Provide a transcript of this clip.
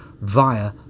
via